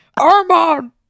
Armand